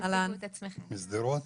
אתן משדרות?